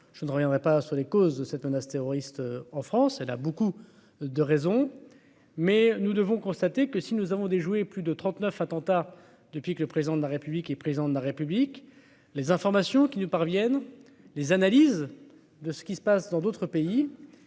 je ne reviendrai pas sur les causes de cette menace terroriste en France, elle a beaucoup de raisons. Oui. Mais nous devons constater que si nous avons déjoué, plus de 39 attentats depuis que le président de la République, il est président de la République, les informations qui nous parviennent les analyses de ce qui se passe dans d'autres pays.